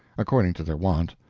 according to their wont,